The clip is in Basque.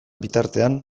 bitartean